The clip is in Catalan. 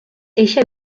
eixa